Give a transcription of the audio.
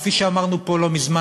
כפי שאמרנו פה לא מזמן,